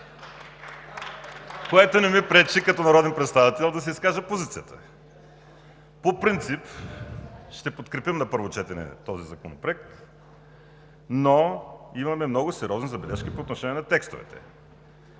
Това не ми пречи като народен представител да си изкажа позицията. По принцип ще подкрепим на първо четене този законопроект, но имаме много сериозни забележки по отношение на текстовете.